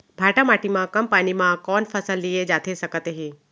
भांठा माटी मा कम पानी मा कौन फसल लिए जाथे सकत हे?